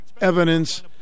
evidence